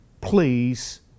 please